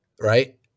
Right